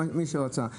מי שרצה,